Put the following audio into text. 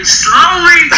slowly